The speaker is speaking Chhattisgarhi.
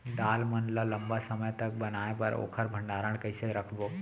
दाल मन ल लम्बा समय तक बनाये बर ओखर भण्डारण कइसे रखबो?